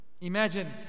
Imagine